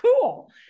cool